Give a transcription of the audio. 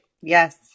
yes